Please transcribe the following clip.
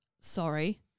Sorry